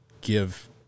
give